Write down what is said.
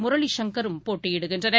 முரளி சங்கரும் போட்டியிடுகின்றனர்